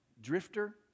drifter